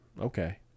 Okay